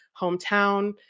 hometown